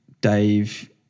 Dave